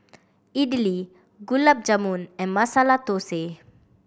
Idili Gulab Jamun and Masala Dosa